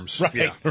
Right